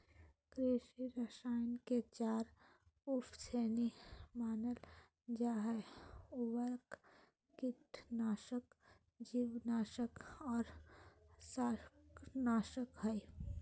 कृषि रसायन के चार उप श्रेणी मानल जा हई, उर्वरक, कीटनाशक, जीवनाशक आर शाकनाशक हई